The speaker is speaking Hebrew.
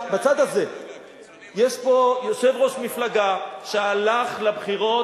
יש פה יושב-ראש מפלגה שהלך לבחירות,